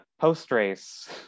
post-race